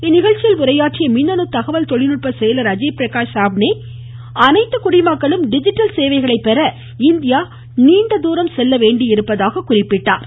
இந்நிகழ்ச்சியில் உரையாற்றிய மின்னணு தகவல் தொழில்நுட்ப செயலர் அஜய்பிரகாஷ் சாவ்னே அனைத்து குடிமக்களும் டிஜிட்டல் சேவைகளைப் பெற இந்தியா நீண்டதூரம் செல்லவேண்டியிருப்பதாக குறிப்பிட்டார்